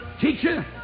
Teacher